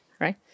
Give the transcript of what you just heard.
right